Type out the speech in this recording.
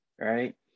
right